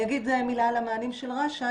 אני אגיד מילה על המענים של רש"א,